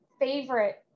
favorite